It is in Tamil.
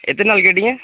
எத்தனை நாள் கேட்டிங்க